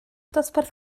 dosbarth